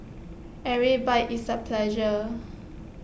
every bite is A pleasure